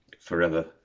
forever